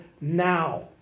now